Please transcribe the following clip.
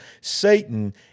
satan